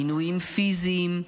עינויים פיזיים,